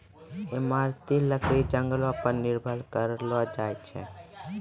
इमारती लकड़ी जंगलो पर निर्भर करलो जाय छै